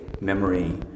memory